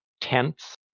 tents